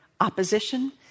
opposition